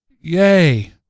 yay